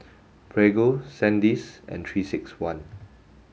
Prego Sandisk and three six one